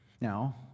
Now